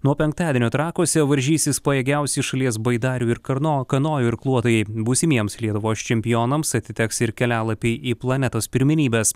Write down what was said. nuo penktadienio trakuose varžysis pajėgiausi šalies baidarių ir karno kanojų irkluotojai būsimiems lietuvos čempionams atiteks ir kelialapiai į planetos pirmenybes